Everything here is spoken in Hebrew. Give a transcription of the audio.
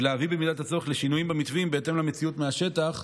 ולהביא במידת הצורך לשינויים במתווים בהתאם למציאות מהשטח.